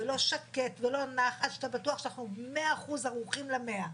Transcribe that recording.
ולא שקט ולא נח עד שאתה בטוח שאנחנו מאה אחוז ערוכים למאה,